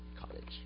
college